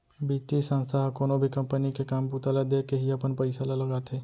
बितीय संस्था ह कोनो भी कंपनी के काम बूता ल देखके ही अपन पइसा ल लगाथे